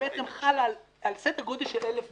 שבעצם חלה על סדר גודל של 1,000 גופים,